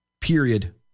Period